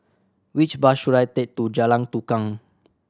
which bus should I take to Jalan Tukang